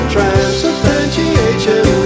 Transubstantiation